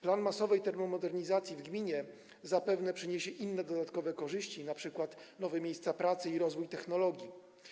Plan masowej termomodernizacji w gminie przyniesie zapewne inne dodatkowe korzyści, np. nowe miejsca pracy i rozwój technologii.